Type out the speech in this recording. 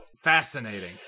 fascinating